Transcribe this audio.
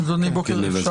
אדוני בוקר טוב,